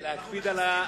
מה שיש לי לומר,